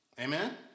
Amen